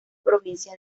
provincias